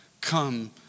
come